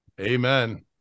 Amen